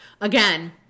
Again